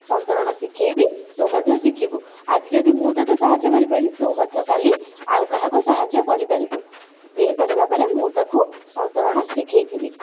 ସନ୍ତରଣ ଶିଖେଇବି ତୁ ମଧ୍ୟ ଶିଖୁବୁ ଆଜି ଯଦି ମୁଁ ତୋତେ ସାହାଯ୍ୟ କରିପାରିଲି ତୁ ମଧ୍ୟ କାଲି ଆଉ କାହାକୁ ସାହାଯ୍ୟ କରିପାରିବୁ ଏଇପରି ଭାବରେ ମୁଁ ତାକୁ ସନ୍ତରଣ ଶିଖେଇଥିଲି